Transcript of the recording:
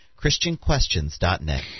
ChristianQuestions.net